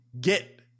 get